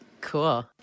Cool